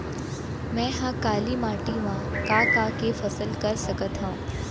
मै ह काली माटी मा का का के फसल कर सकत हव?